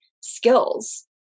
skills